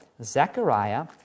Zechariah